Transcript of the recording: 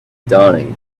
dawning